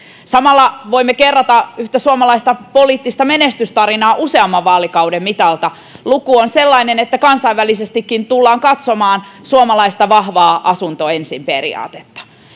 samalla voimme kerrata yhtä suomalaista poliittista menestystarinaa useamman vaalikauden mitalta luku on sellainen että kansainvälisestikin tullaan katsomaan suomalaista vahvaa asunto ensin periaatetta